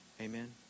Amen